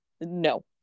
no